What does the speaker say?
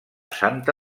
santa